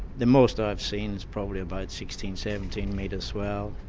the most i've seen is probably about sixteen, seventeen metre swell,